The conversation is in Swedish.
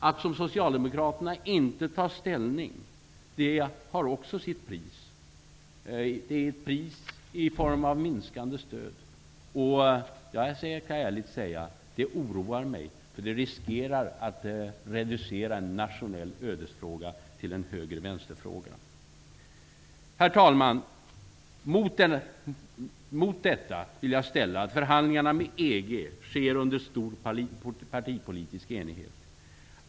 Att som socialdemokraterna inte ta ställning har också sitt pris. Det är ett pris i form av minskande stöd. Jag skall ärligt säga att det oroar mig, för det riskerar att reducera en nationell ödesfråga till en höger--vänster-fråga. Herr talman! Mot detta vill jag ställa att förhandlingarna med EG sker under stor partipolitisk enighet.